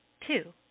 Two